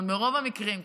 ברוב המקרים,